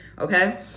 Okay